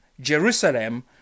Jerusalem